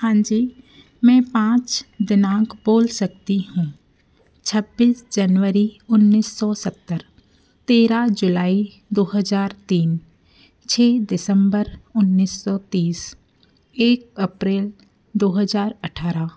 हाँ जी मैं पाँच दिनांक बोल सकती हूँ छब्बीस जनवरी उन्नीस सौ सत्तर तेरह जुलाई दो हजार तीन छः दिसंबर उन्नीस सो तीस एक अप्रैल दो हजार अठारह